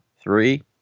three